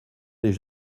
n’est